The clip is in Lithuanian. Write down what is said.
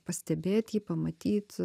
pastebėt jį pamatyt